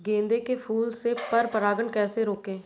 गेंदे के फूल से पर परागण कैसे रोकें?